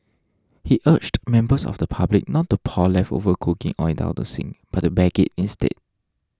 he urged members of the public not to pour leftover cooking oil down the sink but to bag it instead